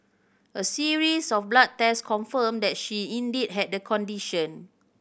a series of blood test confirmed that she indeed had the condition